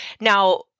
Now